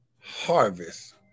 harvest